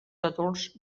adults